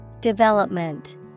Development